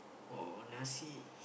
or Nasi